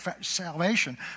salvation